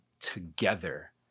together